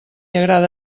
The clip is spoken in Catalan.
agrada